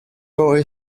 boy